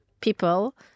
people